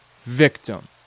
victim